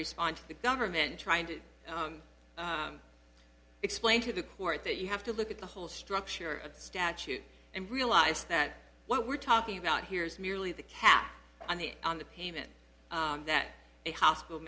respond to the government trying to explain to the court that you have to look at the whole structure of the statute and realize that what we're talking about here is merely the cap on the on the payment that a hospital